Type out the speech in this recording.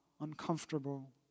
uncomfortable